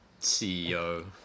CEO